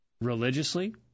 Religiously